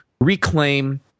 reclaim